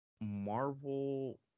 Marvel